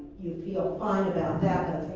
you feel fine about that,